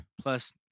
Plus